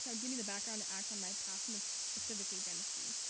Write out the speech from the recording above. so give me the background to act on my passion of specifically dentistry.